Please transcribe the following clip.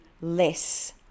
less